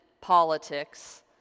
politics